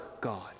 God